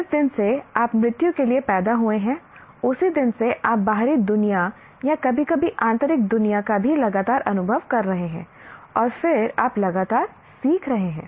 जिस दिन से आप मृत्यु के लिए पैदा हुए हैं उसी दिन से आप बाहरी दुनिया या कभी कभी आंतरिक दुनिया का भी लगातार अनुभव कर रहे हैं और फिर आप लगातार सीख रहे हैं